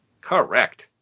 Correct